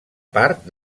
part